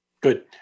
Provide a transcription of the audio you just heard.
good